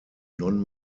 non